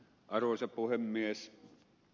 arvoisa puhemies